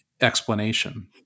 explanation